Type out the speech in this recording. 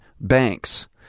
banks